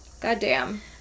Goddamn